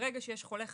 ברגע שיש חולה חשוד,